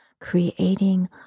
creating